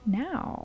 now